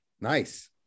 Nice